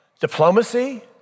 diplomacy